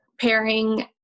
pairing